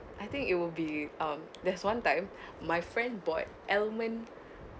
I think it will be um there's one time my friend bought almond